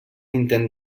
intent